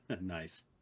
Nice